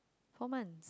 four month